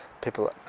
people